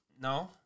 No